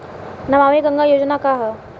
नमामि गंगा योजना का ह?